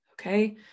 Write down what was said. Okay